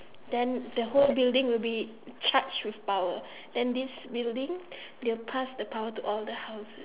then the whole building will be charged with power then this building they will passed the power to all the houses